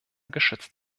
geschützt